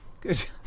Good